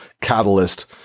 Catalyst